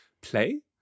play